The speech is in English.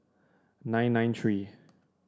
nine nine three